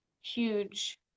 huge